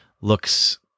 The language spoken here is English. looks